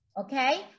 okay